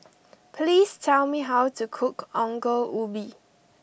please tell me how to cook Ongol Ubi